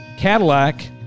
Cadillac